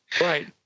Right